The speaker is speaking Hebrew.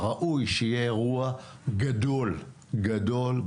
ראוי שיהיה אירוע גדול באודיטוריום,